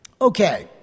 Okay